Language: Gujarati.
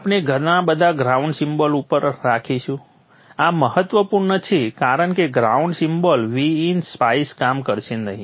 આપણે ઘણા બધા ગ્રાઉન્ડ સિમ્બોલ ઉપર રાખીશું આ મહત્વપૂર્ણ છે કારણ કે ગ્રાઉન્ડ સિમ્બોલ Vin સ્પાઇસ કામ કરશે નહીં